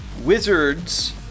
wizards